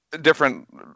different